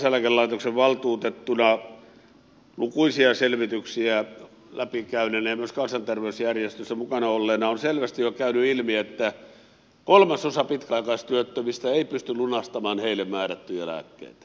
kansaneläkelaitoksen valtuutettuna lukuisia selvityksiä läpi käyneenä ja myös kansanterveysjärjestöissä mukana olleena on selvästi jo käynyt ilmi että kolmasosa pitkäaikaistyöttömistä ei pysty lunastamaan heille määrättyjä lääkkeitä